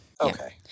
Okay